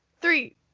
Three